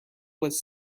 was